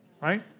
right